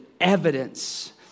evidence